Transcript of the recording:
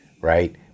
right